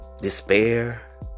despair